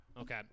Okay